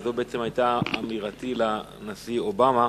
וזו בעצם היתה אמירתו לנשיא אובמה.